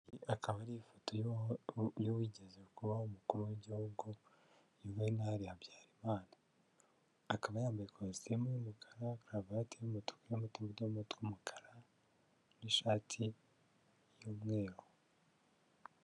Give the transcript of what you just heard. Iyi akaba ari ifoto y'uwigeze kubaho umukuru w'igihugu Yuvenal Habyarimana, akaba yambaye ikositimu y'umukara karavati y'umutuku irimo utudomo tw'umukara n'ishati y'umweru.